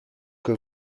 que